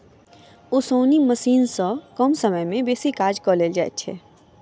ओसौनी मशीन सॅ कम समय मे बेसी काज लेल जाइत छै